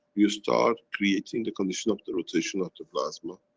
you start creating the condition of the rotation of the plasma,